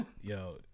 Yo